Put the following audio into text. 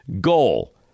GOAL